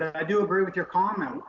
i do agree with your comment.